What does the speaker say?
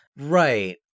Right